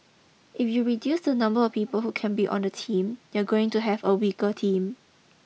if you reduce the number or people who can be on the team you're going to have a weaker team